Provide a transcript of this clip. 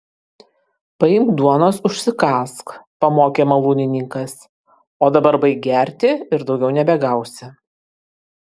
paimk duonos užsikąsk pamokė malūnininkas o dabar baik gerti ir daugiau nebegausi